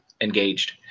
engaged